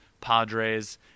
Padres